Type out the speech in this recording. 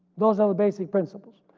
those are the basic principles.